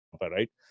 right